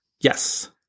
Yes